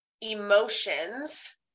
emotions